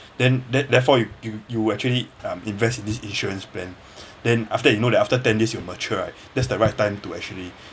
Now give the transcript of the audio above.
then therefore you you actually um invest this insurance plan then after you know that after ten years it will mature right that's the right time to actually